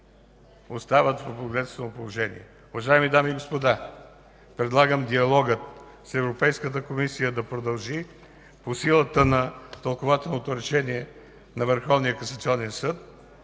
остават в бедствено положение. Уважаеми дами и господа, предлагам диалогът с Европейската комисия да продължи по силата на тълкувателното решение на